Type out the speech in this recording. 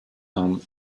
tom